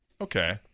Okay